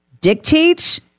dictates